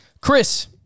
Chris